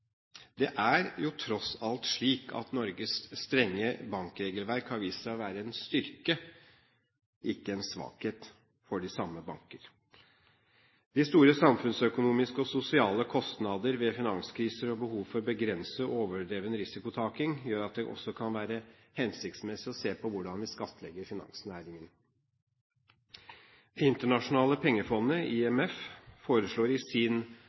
Det er jo tross alt slik at Norges strenge bankregelverk har vist seg å være en styrke, ikke en svakhet, for de samme banker. De store samfunnsøkonomiske og sosiale kostnader ved finanskriser og behovet for å begrense overdreven risikotaking gjør at det også kan være hensiktsmessig å se på hvordan vi skattlegger finansnæringen. Det internasjonale pengefondet, IMF, foreslår i sin